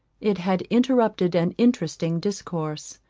it had interrupted an interesting discourse.